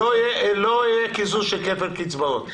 לא יהיה קיזוז של כפל קצבאות.